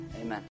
Amen